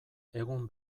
egun